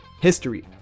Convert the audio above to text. History